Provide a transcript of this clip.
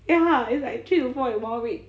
ya it's like three to four in one week